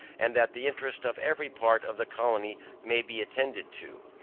and that the interest of every part of the colony may be attended to,